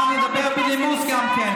מה אתה מעלה את ההצעה הזאת בכלל?